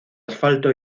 asfalto